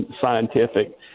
scientific